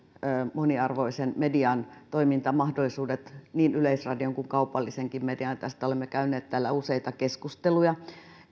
moniarvoisen median toimintamahdollisuudet niin yleisradion kuin kaupallisenkin median tästä olemme käyneet täällä useita keskusteluja